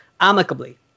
amicably